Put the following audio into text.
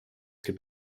could